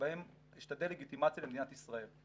שבהם יש את הדה-לגיטימציה למדינת ישראל.